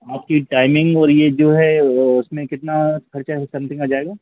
आपकी टाइमिंग और यह जो है वह उसमें कितना खर्चा ऐसे समथिंग आ जाएगा